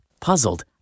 puzzled